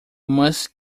must